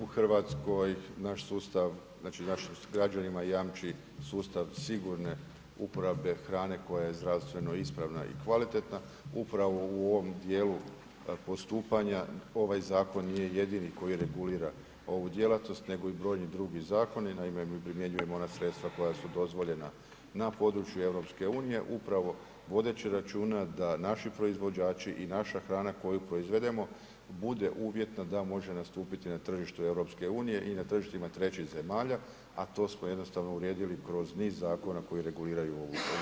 U Hrvatskoj naš sustav znači našim građanima jamči sustav sigurne uporabe hrane koja je zdravstveno ispravna i kvalitetna upravo u ovom dijelu postupanja, ovaj zakon nije jedini koji regulira ovu djelatnost nego i brojni drugi zakoni, naime, mi primjenjujemo ona sredstva koja su dozvoljena na području EU upravo vodeći računa da naši proizvođači i naša hrana koju proizvedemo bude uvjetna da može nastupiti na tržištu EU i na tržištima trećih zemalja, a to smo jednostavno uredili kroz niz zakona koji reguliraju ovu ... Hvala.